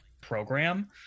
program